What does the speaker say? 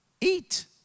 eat